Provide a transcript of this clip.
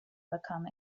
become